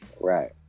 Right